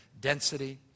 density